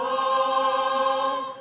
oh